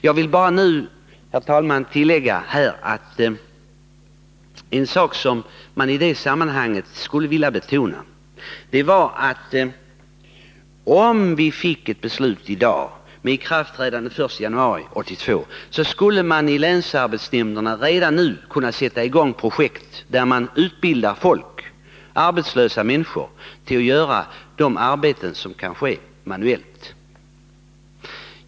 Jag vill bara nu, herr talman, tillägga här att det finns en sak som jag i sammanhanget skulle vilja betona: om vi fick ett beslut i dag med ikraftträdande den 1 januari 1982, så skulle man i länsarbetsnämnderna redan nu kunna sätta i gång projekt när det gäller att utbilda arbetslösa människor till att utföra de arbeten som kan ske manuellt.